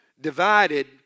divided